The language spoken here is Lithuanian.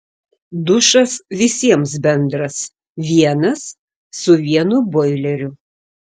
dušas visiems bendras vienas su vienu boileriu